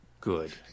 good